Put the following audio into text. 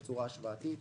בצורה השוואתית.